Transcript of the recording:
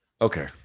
Okay